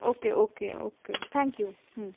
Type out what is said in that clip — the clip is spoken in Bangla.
okay okay okay thank you hmm